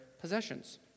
possessions